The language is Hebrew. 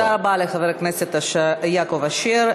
למען יאריכו ימיך".